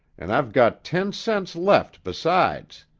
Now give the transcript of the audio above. an' i've got ten cents left besides.